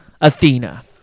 Athena